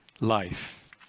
life